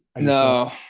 No